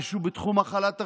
משהו בתחום החלת הריבונות,